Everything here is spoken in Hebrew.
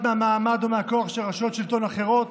מהמעמד או מהכוח של רשויות שלטון אחרות.